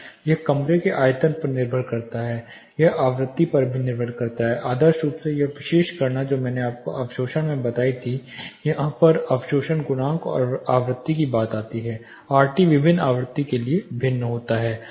यह कमरे के आयतन पर निर्भर करता है यह आवृत्ति पर भी निर्भर करता है आदर्श रूप से यह विशेष गणना जो मैंने आपको अवशोषण में बताई थी यहां पर अवशोषण गुणांक और आवृत्ति की बात आती है आरटी विभिन्न आवृत्ति के लिए भिन्न होता है